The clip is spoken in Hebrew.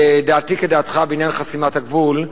דעתי כדעתך בעניין חסימת הגבול.